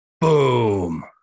Boom